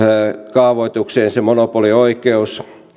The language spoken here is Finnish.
kaavoitukseen se monopolioikeus ja ne